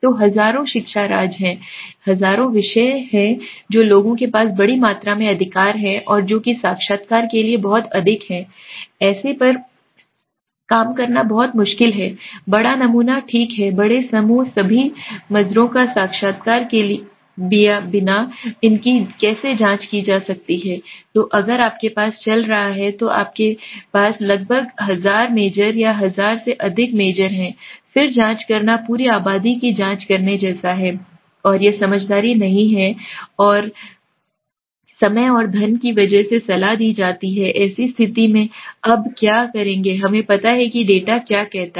तो हज़ारों शिक्षा राज हैं हज़ारों विषय हैं जो हैं लोगों के पास बड़ी मात्रा में अधिकार हैं और जो कि साक्षात्कार के लिए बहुत अधिक है ऐसे पर काम करना बहुत मुश्किल है बड़ा नमूना ठीक है बड़े समूह सभी मजरों का साक्षात्कार किए बिना इसकी जांच कैसे की जा सकती है तो अगर आपके पास चल रहा है तो आपके पास लगभग हजार मेज़र या 1000 से अधिक मेज़र हैं फिर जाँच करना पूरी आबादी की जाँच करने जैसा है और यह समझदारी नहीं है और यह नहीं है समय और धन की वजह से सलाह दी जाती है कि ऐसी स्थिति में हम अब क्या करेंगे हमें पता है कि डेटा क्या कहता है